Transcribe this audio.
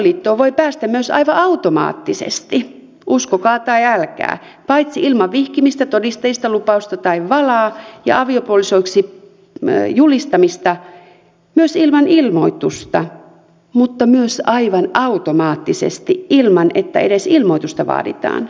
avioliittoon voi päästä myös aivan automaattisesti uskokaa tai älkää paitsi ilman vihkimistä todistajia lupausta tai valaa ja aviopuolisoiksi julistamista niin myös ilman ilmoitusta aivan automaattisesti ilman että edes ilmoitusta vaaditaan